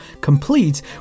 complete